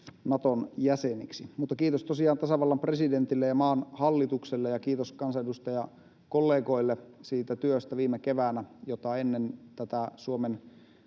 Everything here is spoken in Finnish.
Naton jäseniksi. Kiitos tosiaan tasavallan presidentille ja maan hallitukselle ja kiitos kansanedustajakollegoille siitä työstä viime keväänä, jota ennen tätä Suomen